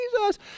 Jesus